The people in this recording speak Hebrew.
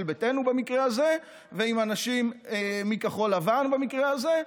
ביתנו במקרה הזה ועם אנשים מכחול לבן במקרה הזה,